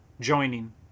joining